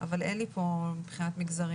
אבל אין לי פה חלוקה לפי מגזרים.